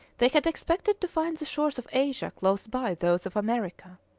they had expected to find the shores of asia close by those of america.